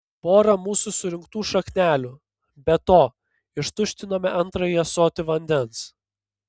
porą mūsų surinktų šaknelių be to ištuštinome antrąjį ąsotį vandens